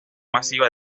masiva